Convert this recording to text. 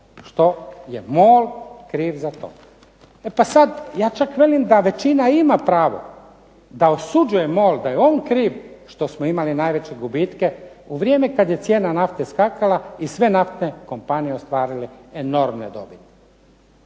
što je MOL kriv za to. E pa sad, ja čak velim da većina ima pravo da osuđuje MOL da je on kriv što smo imali najveće gubitke u vrijeme kad je cijena nafte skakala i sve naftne kompanije ostvarile enormne dobiti.